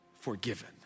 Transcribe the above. forgiven